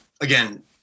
again